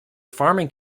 farming